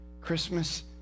Christmas